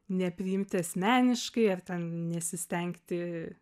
nepriimti asmeniškai ar ten nesistengti